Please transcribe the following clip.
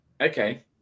Okay